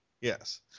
Yes